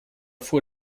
vor